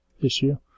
issue